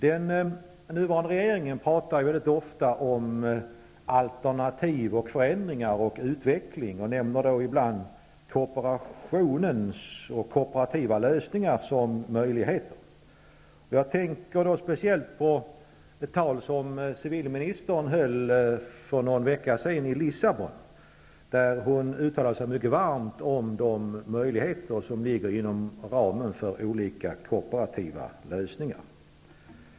Den nuvarande regeringen pratar ofta om alternativ, förändringar och utveckling och nämner ibland kooperationen och kooperativa lösningar. Jag tänker speciellt på det tal som civilministern höll för någon vecka sedan i Lissabon. Hon uttalade sig varmt om de möjligheter som ligger inom ramen för olika kooperativa lösningar.